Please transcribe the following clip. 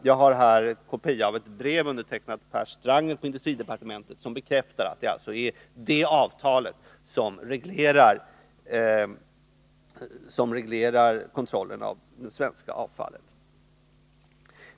Jag har här en kopia av ett brev undertecknat av Per Strangert, industridepartementet, som bekräftar att det alltså är detta avtal som reglerar kontrollen av det svenska avfallet.